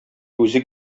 үзе